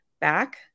back